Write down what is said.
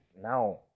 now